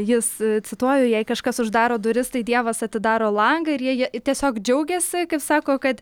jis cituoju jei kažkas uždaro duris tai dievas atidaro langą ir jie tiesiog džiaugiasi kaip sako kad